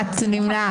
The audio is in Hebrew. נמנע?